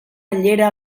llera